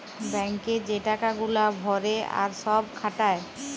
bank এ যে টাকা গুলা ভরে আর সব খাটায়